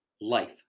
life